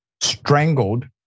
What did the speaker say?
strangled